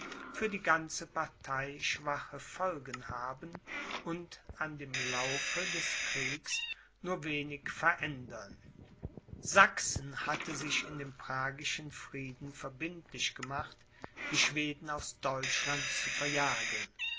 für die ganze partei schwache folgen haben und an dem laufe des kriegs nur wenig verändern sachsen hatte sich in dem pragischen frieden verbindlich gemacht die schweden aus deutschland zu verjagen